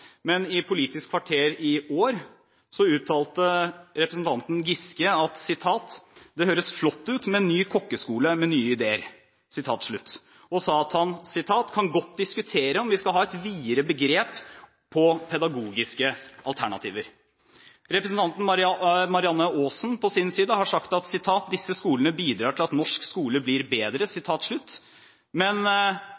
men i Politisk Kvarter i år uttalte representanten Giske at det hørtes flott ut med ny kokkeskole med nye ideer, og at han godt kunne diskutere om vi skal ha et videre begrep på pedagogiske alternativer. Representanten Marianne Aasen har på sin side sagt at disse skolene bidrar til at norsk skole blir bedre.